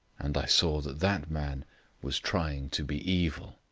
and i saw that that man was trying to be evil.